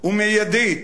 ומיידית